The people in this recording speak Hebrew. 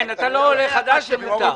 כן, אתה לא עולה חדש, ומותר.